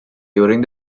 during